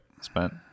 spent